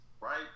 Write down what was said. right